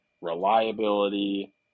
reliability